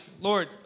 Lord